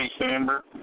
December